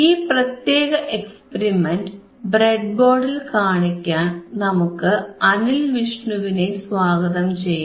ഈ പ്രത്യേക എക്സ്പെരിമെന്റ് ബ്രെഡ്ബോർഡിൽ കാണിക്കാൻ നമുക്ക് അനിൽ വിഷ്ണുവിനെ സ്വാഗതം ചെയ്യാം